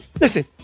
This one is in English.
Listen